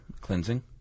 cleansing